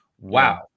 Wow